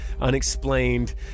unexplained